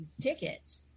tickets